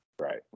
Right